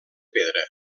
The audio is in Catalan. pedra